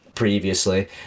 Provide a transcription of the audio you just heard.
previously